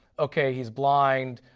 okay he's blind,